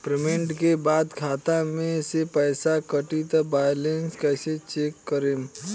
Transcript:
Payment के बाद खाता मे से पैसा कटी त बैलेंस कैसे चेक करेम?